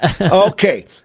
Okay